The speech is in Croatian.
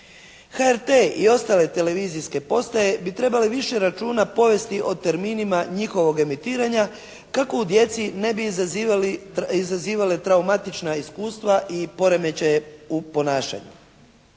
HRT i ostale televizijske postaje bi trebale više računa povesti o terminima njihovog emitiranja kako u djeci ne bi izazivale traumatična iskustva i poremećaje u ponašanju.